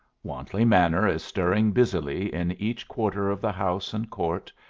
wantley manor is stirring busily in each quarter of the house and court,